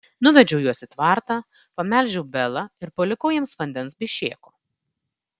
nuvedžiau juos į tvartą pamelžiau belą ir palikau jiems vandens bei šėko